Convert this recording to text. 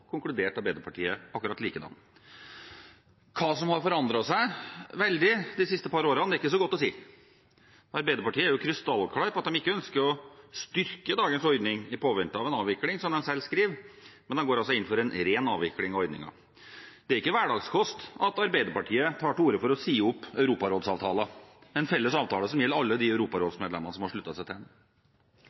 Arbeiderpartiet likedan. Hva som har forandret seg veldig de siste par årene, er ikke så godt å si. Arbeiderpartiet er krystallklare på at de ikke ønsker å styrke dagens ordning «i påvente av en avvikling» – som de selv skriver. De går altså inn for en ren avvikling av ordningen. Det er ikke hverdagskost at Arbeiderpartiet tar til orde for å si opp Europarådets avtale, en felles avtale som gjelder alle de europarådsmedlemmene som har sluttet seg til